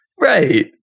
Right